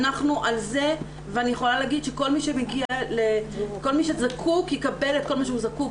אנחנו על זה ואני יכולה להגיד שכל מי שזקוק יקבל את כל מה שהוא זקוק.